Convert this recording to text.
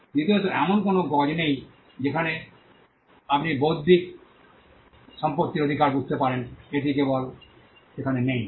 দ্বিতীয়ত এমন কোনও গজ নেই যেখানে আপনি বৌদ্ধিক সম্পত্তির অধিকার বুঝতে পারবেন এটি কেবল সেখানে নেই